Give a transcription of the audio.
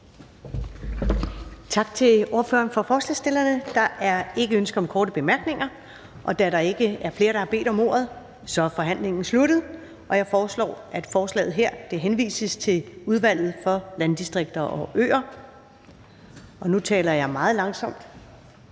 Tak til ordføreren for forslagsstillerne. Der er ikke ønske om korte bemærkninger. Da der ikke er flere, der har bedt om ordet, er forhandlingen sluttet. Jeg foreslår, at forslaget til folketingsbeslutning henvises til Udvalget for Landdistrikter og Øer. Nu taler jeg meget langsomt,